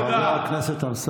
פיזרתם כסף גם על האלפיון העליון.